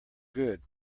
good